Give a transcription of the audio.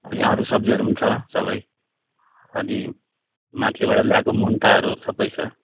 अनि अरू सब्जीहरू पनि छ सबै अनि माथिबाट ल्याएको मुन्टाहरू सबै छ